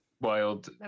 wild